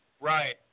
Right